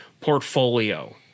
portfolio